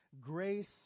grace